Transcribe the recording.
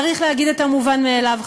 צריך להגיד את המובן מאליו,